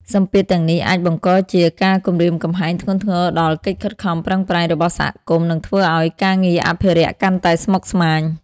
សម្ពាធទាំងនេះអាចបង្កជាការគំរាមកំហែងធ្ងន់ធ្ងរដល់កិច្ចខិតខំប្រឹងប្រែងរបស់សហគមន៍ និងធ្វើឱ្យការងារអភិរក្សកាន់តែស្មុគស្មាញ។